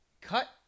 cut